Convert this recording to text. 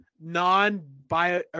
Non-bio